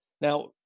Now